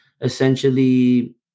essentially